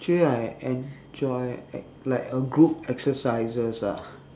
actually I enjoy like a group exercises ah